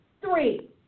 Three